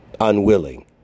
unwilling